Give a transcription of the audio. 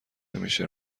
نمیشه